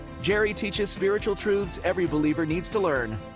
jerry teaches spiritual truths every believer needs to learn.